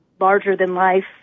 larger-than-life